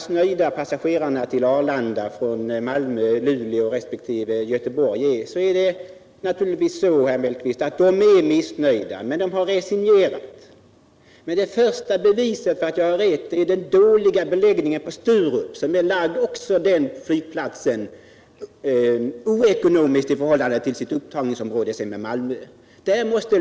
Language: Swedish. Stockholmsregio Det är naturligtvis så, herr Mellqvist, att passagerarna från Malmö, nen Luleå och Göteborg till Arlanda är missnöjda, men de har resignerat. Det största beviset för att jag har rätt är den dåliga beläggningen på planen från Sturup; också den flygplatsen är förlagd oekonomiskt i förhållande till sitt upptagningsområde, som är Malmö.